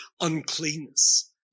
uncleanness